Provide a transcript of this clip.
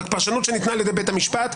רק מתי זאת פרשנות שניתנה על-ידי בית המשפט,